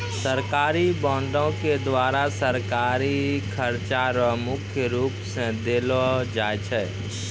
सरकारी बॉंडों के द्वारा सरकारी खर्चा रो मुख्य रूप स देखलो जाय छै